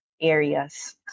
areas